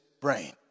brain